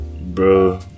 Bro